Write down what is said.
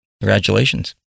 Congratulations